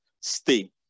stay